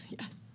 Yes